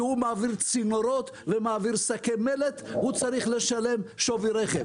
רכב שמעביר צינורות ומעביר שקי מלט צריך לשלם שווי רכב.